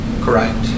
Correct